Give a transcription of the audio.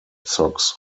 sox